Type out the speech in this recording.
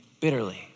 bitterly